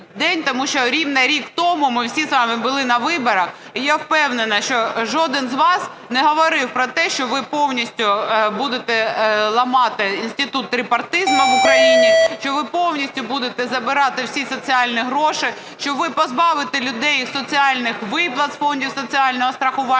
день, тому що рівно рік тому ми всі з вами були на виборах і, я впевнена, що жоден з вас не говорив про те, що ви повністю будете ламати інститут трипартизму в Україні, що ви повністю будете забирати всі соціальні гроші, що ви позбавите людей соціальних виплат з фондів соціального страхування